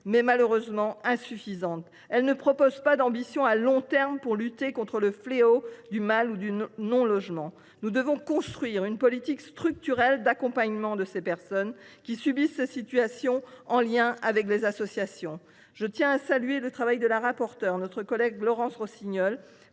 mais malheureusement insuffisantes. Elles ne traduisent aucune ambition à long terme pour lutter contre le fléau du mal logement ou du non logement. Nous devons élaborer une politique structurelle d’accompagnement des personnes qui subissent ces situations, en lien avec les associations. Je tiens à saluer la rapporteure, notre collègue Laurence Rossignol,